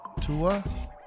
Tua